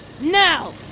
Now